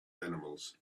animals